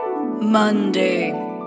Monday